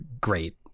great